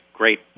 Great